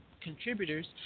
contributors